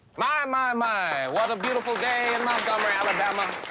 my, my, my. what a beautiful day in montgomery, alabama.